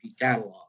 catalog